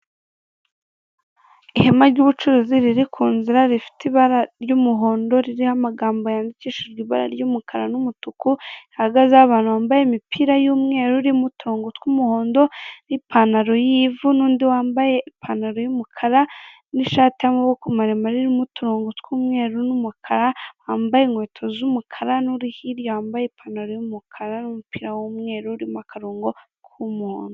Ihema ry'ubucuruzi riri ku nzira rifite ibara ry'umuhondo ririho amagambo yandikishije ibara ry'umukara n'umutuku, hahagazeho abantu bambaye imipira y'umweru irimo uturongo n'uturonko tw'umuhondo n'ipantaro y'ivu, n'undi wambaye ipantaro y'umukara n'ishati y'amaboko maremare irimo uturonko tw'umweru n'umukara wambaye inkweto z'umukara, n'uri hirya wambaye ipantaro y'umukara n'umupira w'umweru urimo akaronko k'umuhondo.